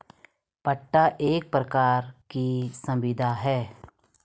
पट्टा एक प्रकार की संविदा है